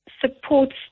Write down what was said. supports